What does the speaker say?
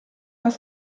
pas